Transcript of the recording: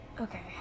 Okay